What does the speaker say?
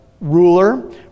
ruler